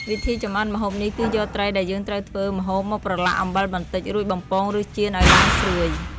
វិធីចម្អិនម្ហូបនេះ គឺយកត្រីដែលយើងត្រូវធ្វើម្ហូបមកប្រឡាក់អំបិលបន្តិច រួចបំពងឬចៀនឲ្យឡើងស្រួយ។